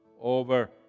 over